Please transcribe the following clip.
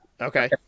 Okay